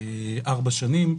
בארבע שנים,